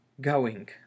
going